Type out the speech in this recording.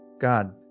God